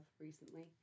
recently